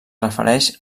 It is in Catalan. refereix